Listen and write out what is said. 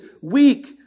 weak